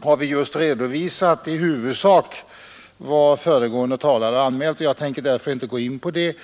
har vi i huvudsak redovisat just vad föregående talare har anmält, varför jag inte tänker gå särskilt in på det.